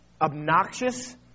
obnoxious